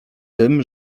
tym